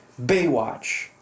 Baywatch